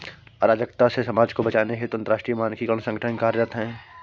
अराजकता से समाज को बचाने हेतु अंतरराष्ट्रीय मानकीकरण संगठन कार्यरत है